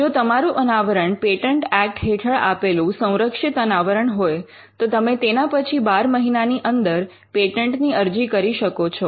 જો તમારું અનાવરણ પેટન્ટ એક્ટ હેઠળ આપેલું સંરક્ષિત અનાવરણ હોય તો તમે તેના પછી 12 મહિનાની અંદર પેટન્ટની અરજી કરી શકો છો